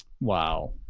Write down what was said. Wow